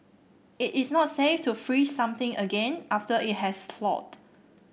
it is not safe to freeze something again after it has thawed